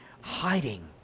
hiding